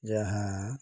ଯାହା